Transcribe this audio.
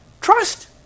Trust